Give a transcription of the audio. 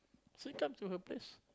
still come to her place